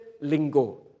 lingo